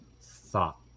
thought